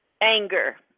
anger